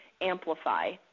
amplify